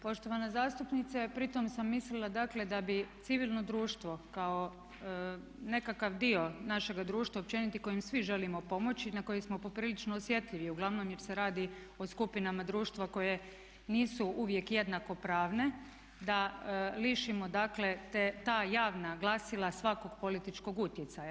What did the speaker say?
Poštovana zastupnice pri tome sam mislila dakle da bi civilno društvo kao nekakav dio našega društva općeniti kojim svi želimo pomoći i na koji smo poprilično osjetljivi uglavnom jer se radi o skupinama društva koje nisu uvijek jednako pravne da lišimo dakle ta javna glasila svakog političkog utjecaja.